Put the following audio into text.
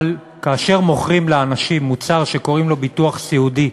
אבל כאשר מוכרים לאנשים מוצר שקוראים לו ביטוח סיעודי,